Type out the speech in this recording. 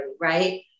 right